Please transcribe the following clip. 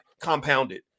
compounded